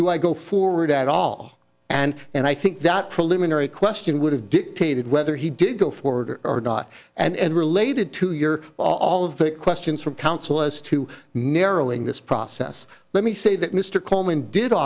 do i go forward at all and and i think that preliminary question would have dictated whether he did go forward or not and related to your all of the questions from counsel as to narrowing this process let me say that mr coleman did